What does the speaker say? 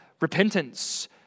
repentance